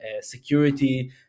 security